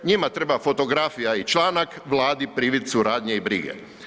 Njima treba fotografija i članak, Vladi privid suradnje i brige.